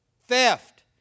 Theft